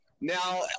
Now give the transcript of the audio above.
Now